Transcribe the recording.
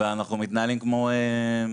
ואנחנו מתנהלים באפלה